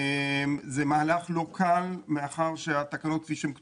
זה מהלך לא קל מאחר שהתקנות כפי שהן כתובות,